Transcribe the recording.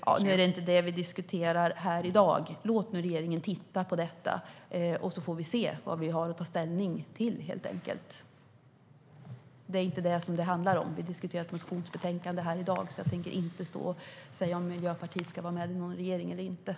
Herr talman! Det är inte det vi diskuterar här i dag. Låt nu regeringen titta på den frågan, så får vi se vad vi har att ta ställning till, helt enkelt. Det är inte den frågan det handlar om nu, utan vi diskuterar ett motionsbetänkande. Jag tänker inte stå här och säga om Miljöpartiet ska vara med i någon regering eller inte.